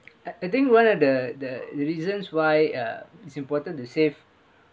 I I think one of the the reasons why uh it's important to save